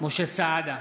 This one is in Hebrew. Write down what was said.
משה סעדה,